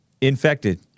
Infected